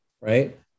right